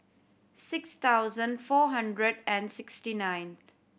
six thousand four hundred and sixty ninth